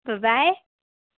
bye bye